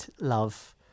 love